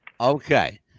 Okay